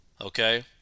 okay